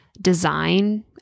design